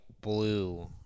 blue